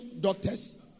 doctors